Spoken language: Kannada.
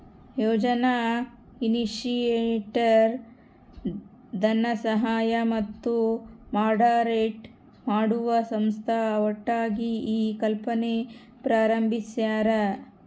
ಯೋಜನಾ ಇನಿಶಿಯೇಟರ್ ಧನಸಹಾಯ ಮತ್ತು ಮಾಡರೇಟ್ ಮಾಡುವ ಸಂಸ್ಥೆ ಒಟ್ಟಾಗಿ ಈ ಕಲ್ಪನೆ ಪ್ರಾರಂಬಿಸ್ಯರ